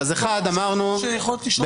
- נזכיר באיזה רוב --- אחרי שרותי,